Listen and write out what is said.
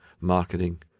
marketing